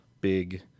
big